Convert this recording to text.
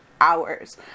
hours